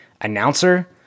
announcer